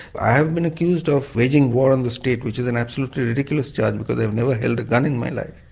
i have been accused of waging war on the state which is an absolutely ridiculous charge because i've never held a gun in my life.